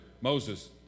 Moses